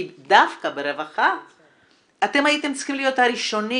דווקא ברווחה אתם הייתם צריכים להיות הראשונים